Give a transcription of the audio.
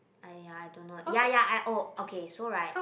!aiya! I don't know ya ya I oh okay so right